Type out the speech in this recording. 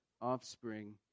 offspring